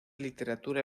literatura